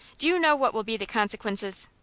do you know what will be the consequences?